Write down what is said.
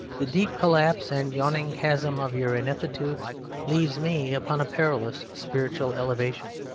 the deep collapse and yawning chasm of your ineptitude leaves me upon a perilous spiritual elevation.